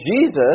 Jesus